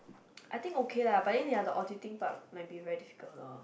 I think okay lah but then ya the auditing part might be very difficult lor